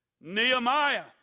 Nehemiah